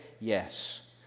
Yes